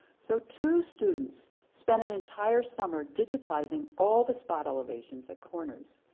so two students spent an entire summer digitizing all the spot elevations at corners.